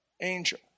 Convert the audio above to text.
angel